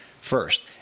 first